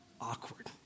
Awkward